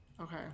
okay